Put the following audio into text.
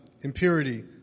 impurity